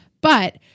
But-